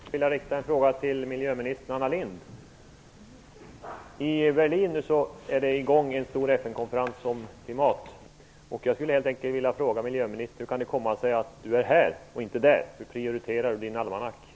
Herr talman! Jag skulle vilja rikta en fråga till miljöminister Anna Lindh. I Berlin är nu i gång en stor FN-konferens om klimatet. Jag skulle helt enkelt vilja fråga: Hur kan det komma sig att miljöministern är här, inte där? Hur prioriterar miljöministern i sin almanacka?